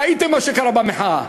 ראיתם מה שקרה במחאה.